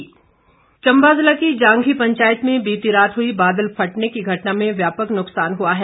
बादल फटा चंबा ज़िला के जांधी पंचायत में बीती रात हुई बादल फटने की घटना में व्यापक नुकसान हुआ है